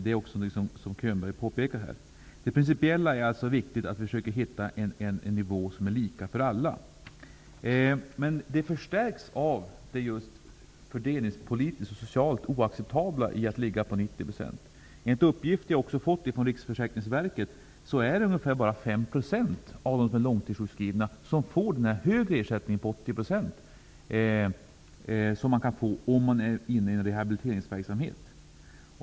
Det påpekar också Bo Könberg. Principiellt är det alltså viktigt att vi försöker komma fram till en nivå som är lika för alla. Detta förstärks av det fördelningspolitiskt och socialt oacceptabla i en ersättningsnivå om 90 %. Enligt en uppgift som jag har fått från Riksförsäkringsverket är det bara ungefär 5 % av de långtidssjukskrivna som får den högre ersättning om 80 % som man kan få om man är inne i en rehabiliteringsverksamhet.